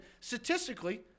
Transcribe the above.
statistically